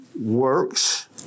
works